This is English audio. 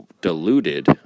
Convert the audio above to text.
diluted